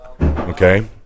Okay